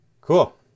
cool